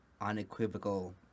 unequivocal